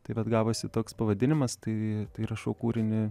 tai vat gavosi toks pavadinimas tai rašau kūrinį